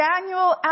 Daniel